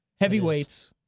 Heavyweights